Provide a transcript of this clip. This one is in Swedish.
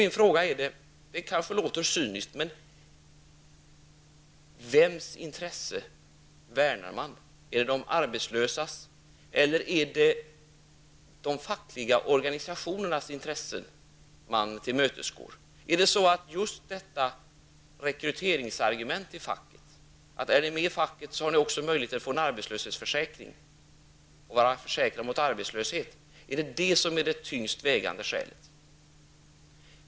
Min fråga kanske låter cynisk, men jag undrar: Vems intressen värnar socialdemokraterna, är det de arbetslösas eller är det de fackliga organisationernas intressen som socialdemokraterna vill tillmötesgå? Är det just rekryteringsargumentet inom fackföreningarna -- är ni med i facket har ni också möjlighet att få en arbetslöshetsförsäkring och vara försäkrade mot arbetslöshet -- som är det tyngst vägande skälet?